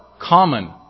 common